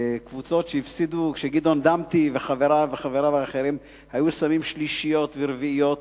קבוצות שהפסידו כשגדעון דמתי וחבריו האחרים היו שמים שלישיות ורביעיות,